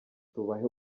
tubahe